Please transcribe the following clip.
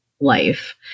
life